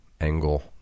Angle